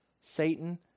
Satan